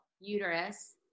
uterus